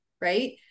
right